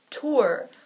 tour